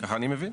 כך אני מבין.